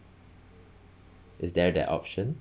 is there that option